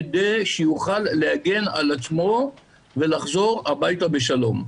כדי שיוכל להגן על עצמו ולחזור הביתה בשלום.